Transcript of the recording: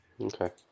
Okay